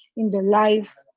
in their life.